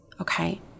Okay